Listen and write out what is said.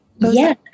Yes